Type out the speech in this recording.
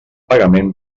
pagament